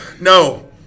no